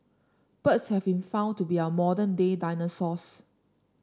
birds have been found to be our modern day dinosaurs